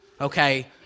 okay